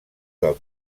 del